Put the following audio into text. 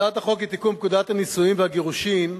הצעת החוק לתיקון פקודת הנישואין והגירושין,